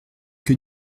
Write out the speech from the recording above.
que